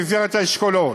במסגרת האשכולות.